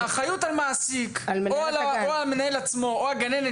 האחריות על מעסיק או על המנהל עצמו או על הגננת